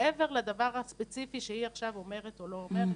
מעבר לדבר הספציפי שהיא עכשיו אומרת או לא אומרת,